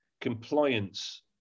compliance